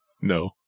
No